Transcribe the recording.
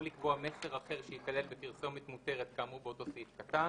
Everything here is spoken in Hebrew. או לקבוע מסר אחר שייכלל בפרסומת מותרת כאמור באותו סעיף קטן,